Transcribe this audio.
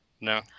No